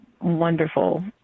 wonderful